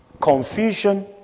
Confusion